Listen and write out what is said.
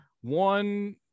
one